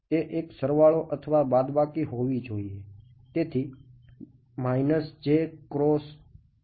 તે એક સરવાળો અથવા બાદબાકી હોવી જોઈએ